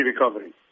recovery